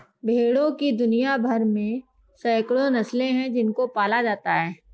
भेड़ों की दुनिया भर में सैकड़ों नस्लें हैं जिनको पाला जाता है